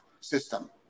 system